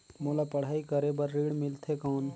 मोला पढ़ाई करे बर ऋण मिलथे कौन?